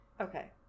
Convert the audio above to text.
Okay